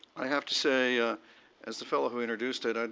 i have to say ah as the fellow who introduced it,